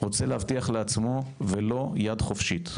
רוצה להבטיח לעצמו ולו יד חופשית.